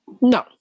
No